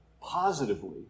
positively